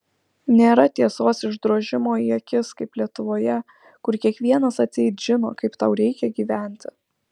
nėra tiesos išdrožimo į akis kaip lietuvoje kur kiekvienas atseit žino kaip tau reikia gyventi